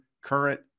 current